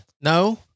No